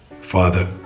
Father